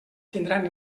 tindran